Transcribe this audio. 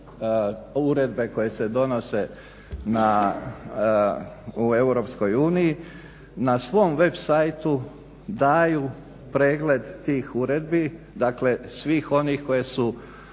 uredbe koje se donose u Europskoj uniji. Na svom web siteu daju pregled tih uredbi, dakle svih onih koje su